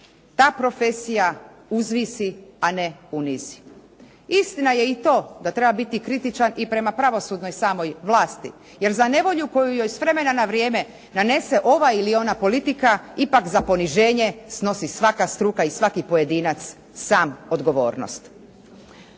ta profesija uzvisi a ne unizi. Istina je i to, da treba biti kritičan i prema pravosudnoj samoj vlasti jer za nevolju koju joj s vremena na vrijeme nanese ova ili ona politika ipak za poniženje snosi svaka struka i svaki pojedinac sam odgovornost.